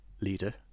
leader